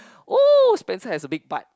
oh Spencer has a big butt